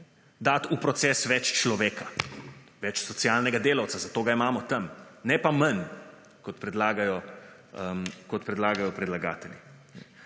dati v proces več človeka, več socialnega delavca. Za to ga imamo tam. Ne pa manj kot predlagajo predlagatelji.